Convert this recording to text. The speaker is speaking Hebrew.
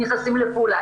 נכנסים לפעולה.